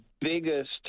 biggest